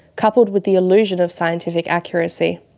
coupled with the illusion of scientific accuracy,